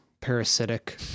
parasitic